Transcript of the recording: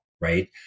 right